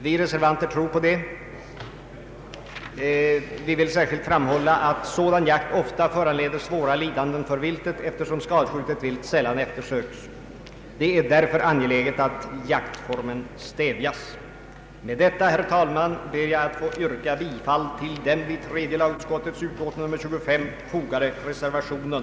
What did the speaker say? Vi reservanter tror på det. Vi vill särskilt framhålla att sådan jakt ofta föranleder svåra lidanden för viltet eftersom skadskjutet vilt sällan eftersöks. Det är därför angeläget att jaktformen stävjas. Herr talman! Med det anförda ber jag att få yrka bifall till den vid tredje lagutskottets utlåtande nr 25 fogade reservationen.